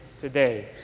today